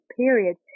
period